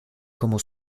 como